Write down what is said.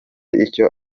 icyo